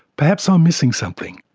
perhaps i'm missing something?